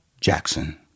Jackson